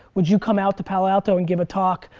would you come out to palo alto and give a talk?